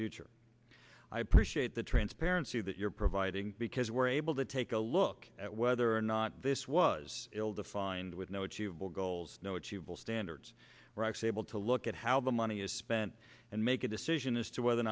future i appreciate the transparency that you're providing because we're able to take a look at whether or not this was ill defined with no achievable goals no achievable standards we're actually able to look at how the money is spent and make a decision as to whether or